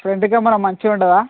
front camera మంచిగా ఉంటుందా